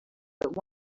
but